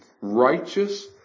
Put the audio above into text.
righteous